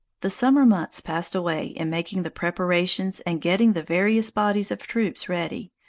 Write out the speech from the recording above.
the summer months passed away in making the preparations and getting the various bodies of troops ready,